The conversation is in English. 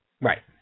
Right